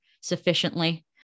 sufficiently